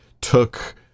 took